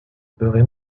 beure